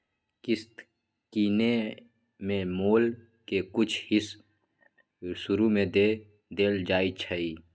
किस्त किनेए में मोल के कुछ हिस शुरू में दे देल जाइ छइ